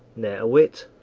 ne'er a whit.